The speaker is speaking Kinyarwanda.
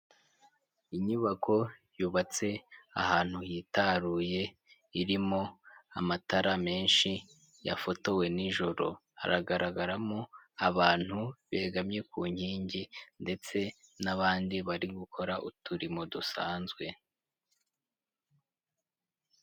Inyubako yubatse ahantu hitaruye irimo amatara menshi yafotowe nijoro. Hagaragaramo abantu begamye ku nkingi ndetse n'abandi bari gukora uturimo dusanzwe.